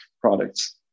products